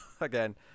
again